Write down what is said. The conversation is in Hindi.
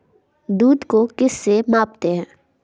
दूध को किस से मापते हैं?